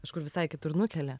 kažkur visai kitur nukelia